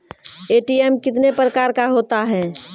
ATM कितने प्रकार का होता हैं?